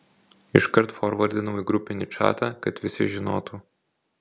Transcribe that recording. iškart forvardinau į grupinį čatą kad visi žinotų